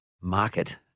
market